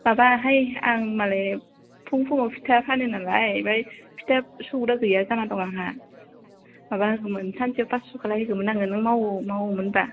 माबाहाय आंमालाय फुं फुंआव फिथा फानो नालाय ओमफ्राय फिथा सौग्रा गैया जाना दं आंहा माबा होगौमोन सानसेयाव पास्स' खालाय होगोमोन आं नों माव मावोमोनबा